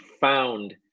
found